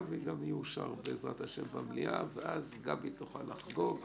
וזה גם יאושר במליאה ואז גבי תוכל לחגוג.